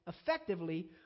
effectively